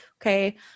Okay